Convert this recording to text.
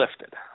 lifted